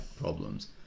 problems